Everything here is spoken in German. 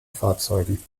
fahrzeugen